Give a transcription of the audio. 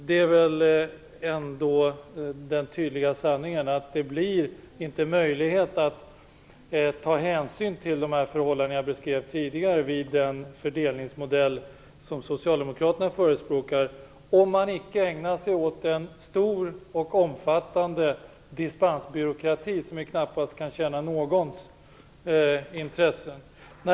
Det är väl ändå den tydliga sanningen att det inte blir möjlighet att ta hänsyn till de förhållanden jag beskrev tidigare med den fördelningsmodell som Socialdemokraterna förespråkar om man icke ägnar sig åt en stor och omfattande dispensbyråkrati som väl knappast kan tjäna någons intressen.